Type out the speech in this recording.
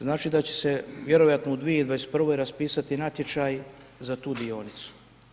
Znači da će se vjerojatno 2021. raspisati natječaj za tu dionicu.